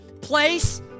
place